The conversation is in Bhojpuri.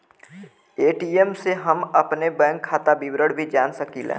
ए.टी.एम से हम अपने बैंक खाता विवरण भी जान सकीला